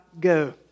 go